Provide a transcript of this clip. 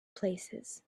places